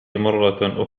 مرة